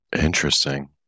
Interesting